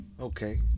Okay